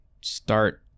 start